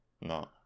no